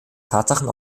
tatsachen